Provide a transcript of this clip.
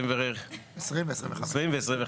20 ו-25.